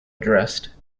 addressed